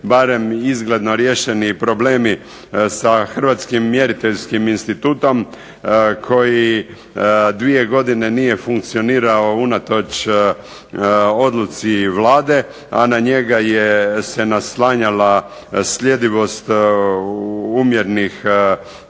barem izgledno riješeni problemi sa Hrvatskim mjeriteljskim institutom koji 2 godine nije funkcionirao unatoč odluci Vlade, a na njega je sa naslanjala sljedivost umjernih